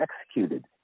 executed